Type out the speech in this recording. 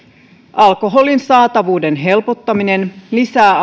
alkoholin saatavuuden helpottaminen lisää